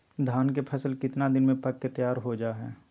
धान के फसल कितना दिन में पक के तैयार हो जा हाय?